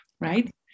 right